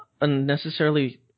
Unnecessarily